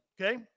okay